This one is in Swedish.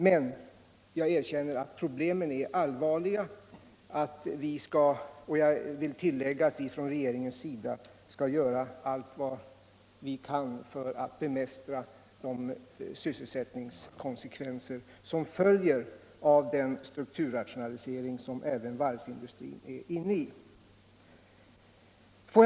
Men jag erkänner att problemen är allvarliga, och jag vill tillägga att vi i regeringen skall göra allt vad vi kan för att bemästra sysselsättningskonsekvenserna av den strukturrationalisering som även varvsindustrin genomgår.